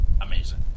amazing